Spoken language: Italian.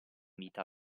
vita